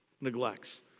neglects